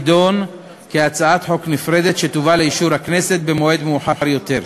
יידון כהצעת חוק נפרדת שתובא לאישור הכנסת במועד מאוחר יותר.